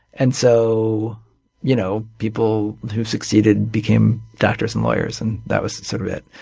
and so you know people who succeeded became doctors and lawyers, and that was sort of it.